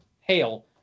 hail